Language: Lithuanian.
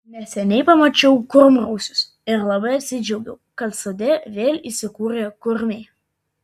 neseniai pamačiau kurmrausius ir labai apsidžiaugiau kad sode vėl įsikūrė kurmiai